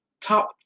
top